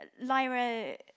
Lyra